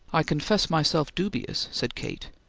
i confess myself dubious, said kate.